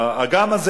באגם הזה,